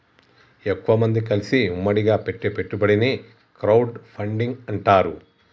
ఎక్కువమంది కలిసి ఉమ్మడిగా పెట్టే పెట్టుబడిని క్రౌడ్ ఫండింగ్ అంటారు